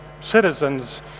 citizens